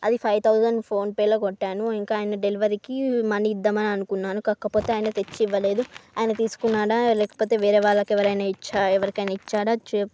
అది five thousand ఫోన్పేలో కొట్టాను ఇంకా ఆయన డెలివరీకి మనీ ఇద్దమని అనుకున్నాను కాకపోతే ఆయన తెచ్చి ఇవ్వలేదు ఆయన తీసుకున్నాడా లేకపోతే వేరే వాళ్ళకి ఎవరైనా ఇచ్చా ఎవరికైనా ఇచ్చాడా చెప్పు